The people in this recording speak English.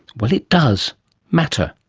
well, it does matter,